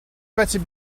better